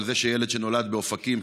על זה שילד שנולד באופקים,